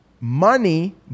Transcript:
money